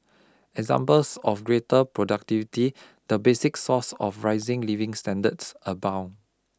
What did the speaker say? examples of greater productivity the basic source of rising living standards abound